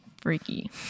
Freaky